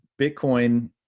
Bitcoin